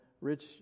rich